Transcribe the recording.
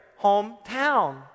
hometown